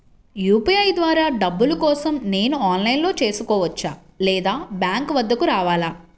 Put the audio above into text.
UPI ద్వారా డబ్బులు కోసం నేను ఆన్లైన్లో చేసుకోవచ్చా? లేదా బ్యాంక్ వద్దకు రావాలా?